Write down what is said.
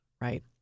right